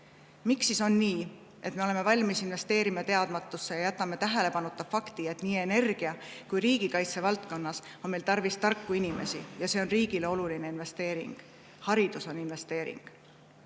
Miks siis on nii, et me oleme valmis investeerima teadmatusse ja jätame tähelepanuta fakti, et nii energia- kui riigikaitsevaldkonnas on meil tarvis tarku inimesi ja see on riigile oluline investeering? Haridus on investeering. Täna